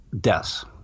deaths